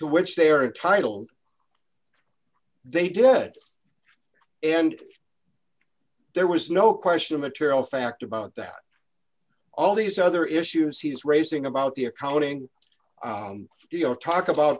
which they are entitled they did and there was no question of material fact about that all these other issues he's raising about the accounting you know talk about